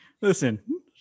listen